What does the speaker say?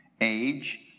age